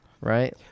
right